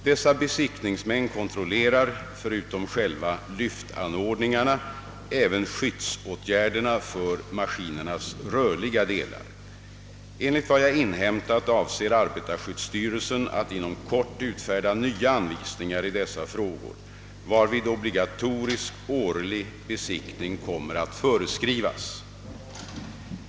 Dessa besiktningsmän kontrollerar förutom själva lyftanordningarna även skyddsåtgärderna för maskinernas rörliga delar. Enligt vad jag inhämtat avser arbetarskyddsstyrelsen att inom kori utfärda nya anvisningar i dessa frågor, varvid obligatorisk årlig besiktning kommer att föreskrivas.